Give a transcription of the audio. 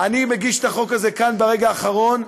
אני מגיש את החוק כאן ברגע האחרון,